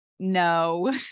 No